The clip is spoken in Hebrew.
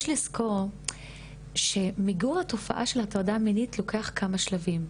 יש לזכור שמיגור התופעה של הטרדה מינית לוקח כמה שלבים.